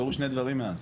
קרו שני דברים מאז.